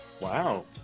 Wow